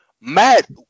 Matt